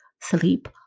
sleep